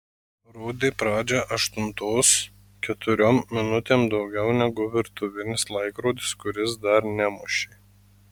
rodė pradžią aštuntos keturiom minutėm daugiau negu virtuvinis laikrodis kuris dar nemušė